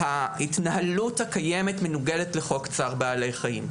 ההתנהלות הקיימת מנוגדת לחוק צער בעלי חיים.